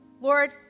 Lord